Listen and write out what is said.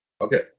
Okay